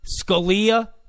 Scalia